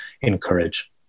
encourage